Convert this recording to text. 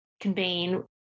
conveying